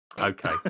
Okay